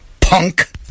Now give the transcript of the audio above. punk